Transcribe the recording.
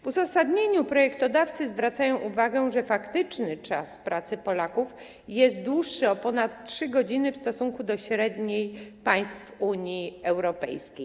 W uzasadnieniu projektodawcy zwracają uwagę, że faktyczny czas pracy Polaków jest dłuższy o ponad 3 godziny w stosunku do średniej państw Unii Europejskiej.